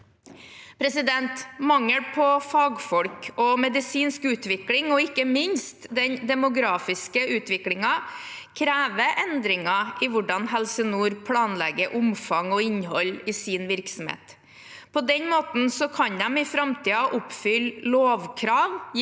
Mangel på fagfolk og medisinsk utvikling, og ikke minst den demografiske utviklingen, krever endringer i hvordan Helse Nord planlegger omfang og innhold i sin virksomhet. På den måten kan de i framtiden oppfylle lovkrav